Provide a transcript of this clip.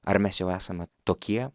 ar mes jau esame tokie